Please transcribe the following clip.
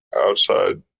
outside